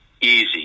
Easy